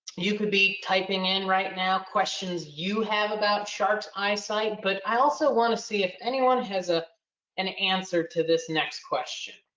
you could be typing in right now. questions you have about sharks eyesight, but i also want to see if anyone has ah an answer to this next question.